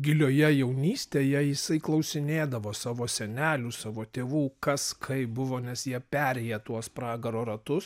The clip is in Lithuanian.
gilioje jaunystėje jisai klausinėdavo savo senelių savo tėvų kas kaip buvo nes jie perėję tuos pragaro ratus